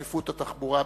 צפיפות התחבורה בירושלים.